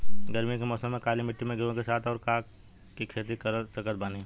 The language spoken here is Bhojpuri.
गरमी के मौसम में काली माटी में गेहूँ के साथ और का के खेती कर सकत बानी?